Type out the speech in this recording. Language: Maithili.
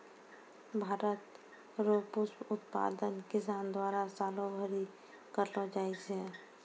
भारत रो पुष्प उत्पादन किसान द्वारा सालो भरी करलो जाय छै